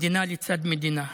מדינה לצד מדינה.